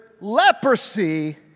leprosy